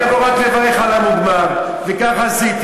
אמרתי: אני אבוא רק לברך על המוגמר, וככה עשיתי.